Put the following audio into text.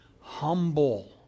Humble